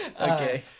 okay